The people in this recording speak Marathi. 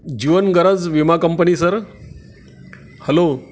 जीवन गरज विमा कंपनी सर हॅलो